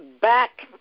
back